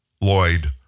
Lloyd